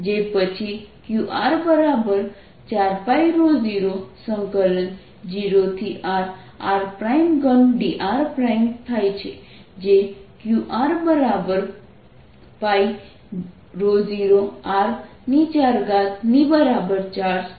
જે પછી qr4π00rr3dr થાય છે જે qrπ0r4 ની બરાબર ચાર્જ છે